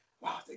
wow